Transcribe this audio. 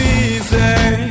easy